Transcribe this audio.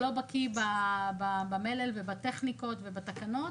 שלא בקיא במלל ובטכניקות ובתקנות: